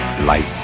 Light